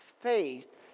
faith